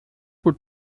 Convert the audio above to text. would